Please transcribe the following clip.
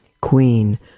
queen